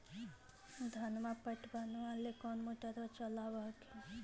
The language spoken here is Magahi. धनमा पटबनमा ले कौन मोटरबा चलाबा हखिन?